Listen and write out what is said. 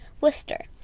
Worcester